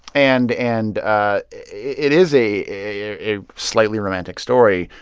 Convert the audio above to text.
and and ah it is a a slightly romantic story.